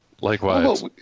likewise